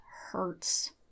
hurts